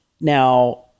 Now